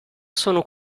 sono